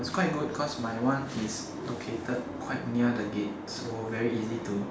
it's quite good cause my one is located quite near the gate so very easy to